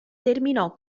terminò